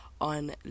on